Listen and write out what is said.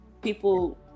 People